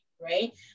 right